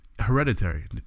Hereditary